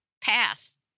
path